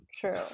True